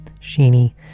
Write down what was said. sheeny